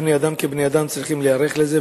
בני-אדם כבני-אדם צריכים להיערך לזה.